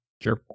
Sure